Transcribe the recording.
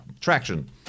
...traction